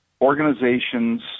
Organizations